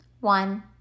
One